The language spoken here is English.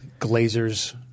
Glazer's